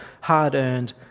hard-earned